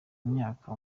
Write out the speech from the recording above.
myaka